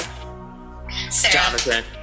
Jonathan